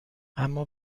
اما